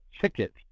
ticket